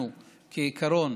אנחנו, כעיקרון,